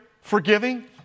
forgiving